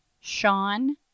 Sean